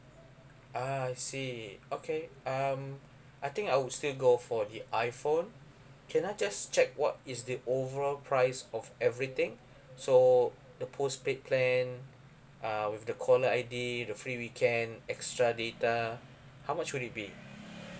ah I see okay um I think I would still go for the iphone can I just check what is the overall price of everything so the postpaid plan uh with the caller I_D the free weekend extra data how much would it be